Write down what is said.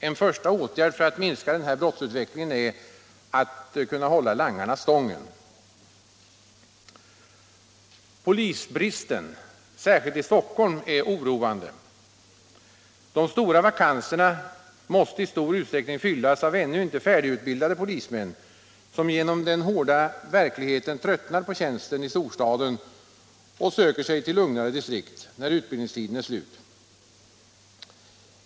En första åtgärd för att minska den här brottsutvecklingen är att kunna hålla langarna stången. Polisbristen — särskilt i Stockholm — är oroande. De många vakanserna måste i stor utsträckning fyllas av ännu icke färdigutbildade polismän, som på grund av den hårda verkligheten tröttnar på tjänsten i storstaden och söker sig till lugnare distrikt, när utbildningstiden är slut.